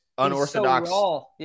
unorthodox